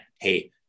Hey